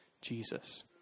Jesus